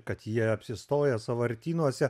kad jie apsistoję sąvartynuose